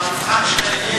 אבל המבחן שלך יהיה